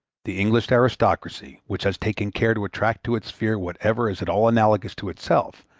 the english aristocracy, which has taken care to attract to its sphere whatever is at all analogous to itself,